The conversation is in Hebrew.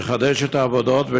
לחדש את העבודות,